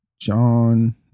John